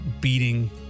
beating